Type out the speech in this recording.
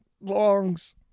Longs